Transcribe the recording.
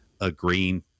agreeing